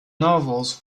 novels